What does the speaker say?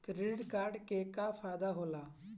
Credit card के का फायदा होला?